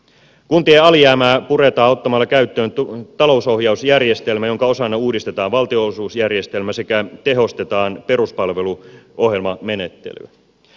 kuntien alijäämää puretaan ottamalla käyttöön talousohjausjärjestelmä jonka osana uudistetaan valtionosuusjärjestelmä sekä tehostetaan peruspalveluohjelmamenettelyä